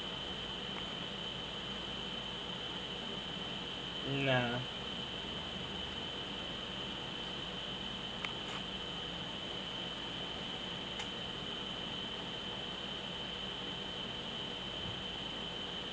nah